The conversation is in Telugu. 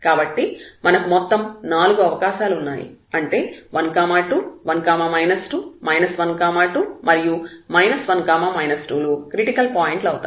కాబట్టి మనకు మొత్తం నాలుగు అవకాశాలున్నాయి అంటే 1 2 1 2 1 2 మరియు 1 2 లు క్రిటికల్ పాయింట్లు అవుతాయి